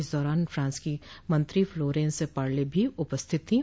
इस दौरान फ्रांस की मंत्री फ्लोरेंस पार्ले भी उपस्थित थीं